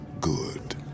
good